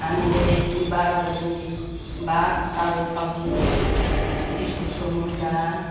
हामीले बाह्र बजी भात दाल सब्जी इस्कुसको मुन्टा